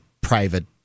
private